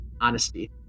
honesty